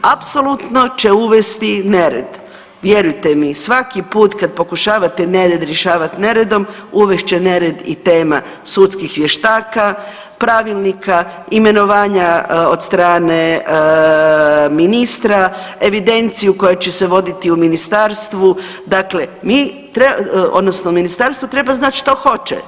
Apsolutno će uvesti nered, vjerujte mi, svaki put kad pokušavate nered rješavati neredom, uvest će nered i tema sudskih vještaka, pravilnika, imenovanja od strane ministra, evidenciju koja će se voditi u Ministarstvu, dakle mi, odnosno Ministarstvo treba znati što hoće.